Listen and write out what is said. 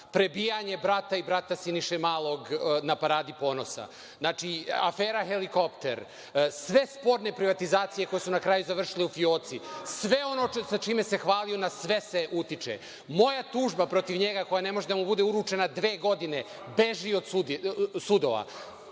prebijanje brata Siniše Malog na paradi ponosa, afera helikopter, sve sporne privatizacije koje su na kraju završile u fioci. Sve ono sa čime se hvalio na sve utiče. Moja tužba protiv njega koja ne može da mu bude uručena dve godine, beži od sudova.